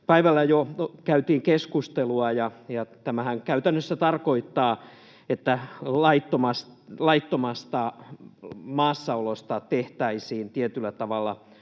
päivällä jo käytiin keskustelua. Tämähän käytännössä tarkoittaa, että laittomasta maassaolosta tehtäisiin tietyllä tavalla